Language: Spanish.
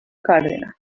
cárdenas